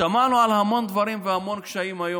שמענו על המון דברים והמון קשיים היום,